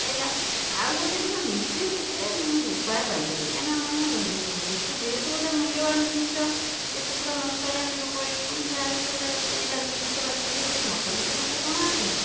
ରହିଲା ଆଉ ଗୋଟେ ଦିନ ନିଜେ ନିଜେ ମୁଁ ଉପାୟ ପାଞ୍ଚିଲି କାରଣ ମୁଁ ଯେତେ ଯେହେତୁ ଗୋଟେ ମୂଲ୍ୟବାନ ଜିନିଷ ଏତେଥର ନଷ୍ଟ ହେଲାଣି ଯାହା ହେଲେବି ଗୋଟେ ଇଏ ଲାଗୁଛି ଦୁଃଖ ଲାଗୁଛି ହେ ଗୋଟେ ମଟନ୍ଟେ ମୋତେ କ'ଣ ଆସୁନି